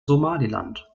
somaliland